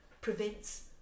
prevents